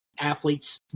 athletes